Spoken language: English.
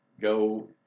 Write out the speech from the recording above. go